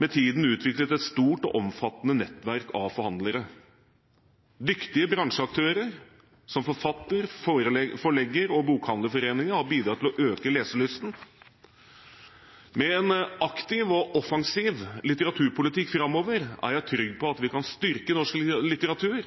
med tiden utviklet et stort og omfattende nettverk av forhandlere. Dyktige bransjeaktører som forfatterforeninger, Forleggerforeningen og Bokhandlerforeningen har bidratt til å øke leselysten. Med en aktiv og offensiv litteraturpolitikk framover er jeg trygg på at vi kan styrke norsk litteratur